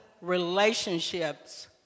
relationships